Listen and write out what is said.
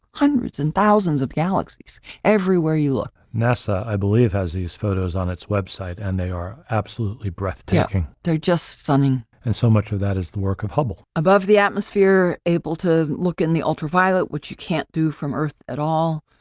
hundreds and thousands of galaxies everywhere you look. nasa, i believe has these photos on its website. and they are absolutely breathtaking. they're just stunning. and so much of that is the work of hubblesullivan above the atmosphere able to look in the ultraviolet, which you can't do from earth at all.